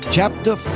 Chapter